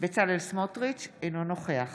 בצלאל סמוטריץ' אינו נוכח